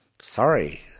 Sorry